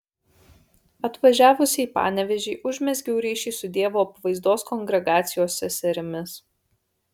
atvažiavusi į panevėžį užmezgiau ryšį su dievo apvaizdos kongregacijos seserimis